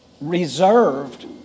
reserved